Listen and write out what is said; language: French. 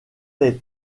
les